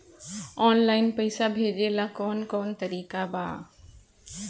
Online पइसा भेजेला कवन कवन तरीका बा?